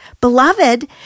Beloved